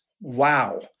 wow